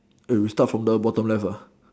eh we start from the bottom left ah